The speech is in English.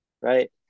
right